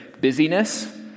busyness